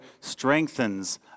strengthens